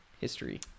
history